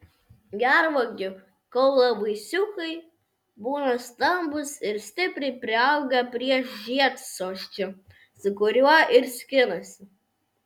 gervuogių kaulavaisiukai būna stambūs ir stipriai priaugę prie žiedsosčio su kuriuo ir skinasi